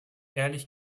ehrlich